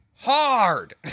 hard